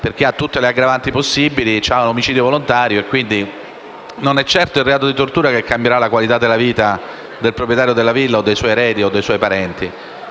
presenti tutte le aggravanti possibili (l'omicidio volontario). E non è certo il reato di tortura che cambierà la qualità della vita del proprietario della villa, dei suoi eredi o parenti.